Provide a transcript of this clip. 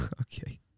Okay